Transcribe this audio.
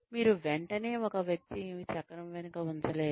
మీరు వెంటనే ఒక వ్యక్తిని చక్రం వెనుక ఉంచలేరు